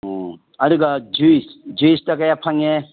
ꯑꯣ ꯑꯗꯨꯒ ꯖ꯭ꯌꯨꯁ ꯖ꯭ꯌꯨꯁꯇ ꯀꯌꯥ ꯐꯪꯉꯦ